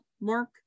mark